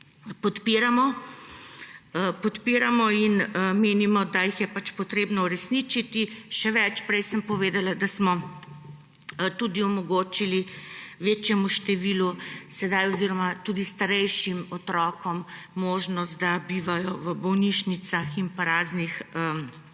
podpiramo in menimo, da jih je potrebno uresničiti. Še več, prej sem povedala, da smo tudi omogočili večjemu številu, tudi starejšim otrokom možnost, da bivajo v bolnišnicah in raznih